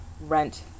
Rent